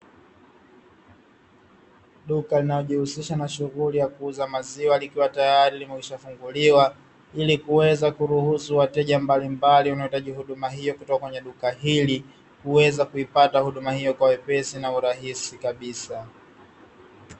Duka linalojishughulisha na biashara ya kuuza maziwa likiwa tayari limeshafunguliwa, ili kuweza kuruhusu wateja mbalimbali wanaohitaji bidhaa hiyo kutoka kwenye duka hili, kuweza kuipata huduma hiyo kwa wepesi na urahisi kabisa.